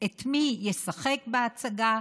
את מי שישחק בהצגה,